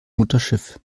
mutterschiff